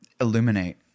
illuminate